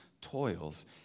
toils